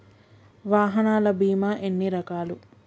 వాహనాల బీమా ఎన్ని రకాలు?